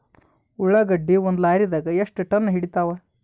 ಉಳ್ಳಾಗಡ್ಡಿ ಒಂದ ಲಾರಿದಾಗ ಎಷ್ಟ ಟನ್ ಹಿಡಿತ್ತಾವ?